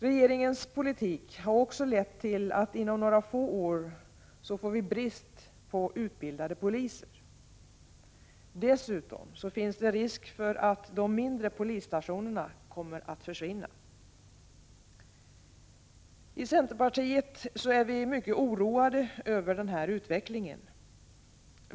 Regeringens politik har också lett till att vi inom några få år får brist på utbildade poliser. Dessutom finns det risk för att de mindre polisstationerna kommer att försvinna. I centerpartiet är vi mycket oroade över den här utvecklingen.